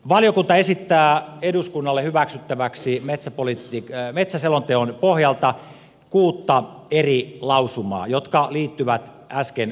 valiokunta esittää eduskunnalle hyväksyttäväksi metsäselonteon pohjalta kuutta eri lausumaa jotka liittyvät äsken kuvaamiini asioihin